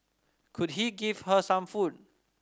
could he give her some food